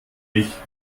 ich